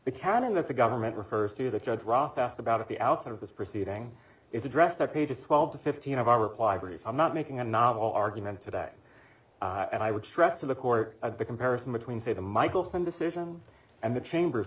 the government refers to the judge rock asked about at the outset of this proceeding is addressed at pages twelve to fifteen of our reply brief i'm not making a novel argument today and i would stress to the court of the comparison between say the michelson decision and the chamber